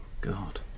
God